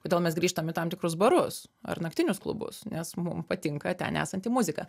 kodėl mes grįžtam į tam tikrus barus ar naktinius klubus nes mum patinka ten esanti muzika